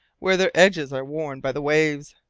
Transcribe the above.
where their edges are worn by the waves,